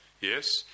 yes